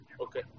Okay